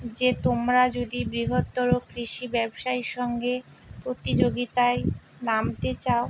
যে তোমরা যদি বৃহত্তর কৃষি ব্যবসায়ীর সঙ্গে প্রতিযোগিতায় নামতে চাও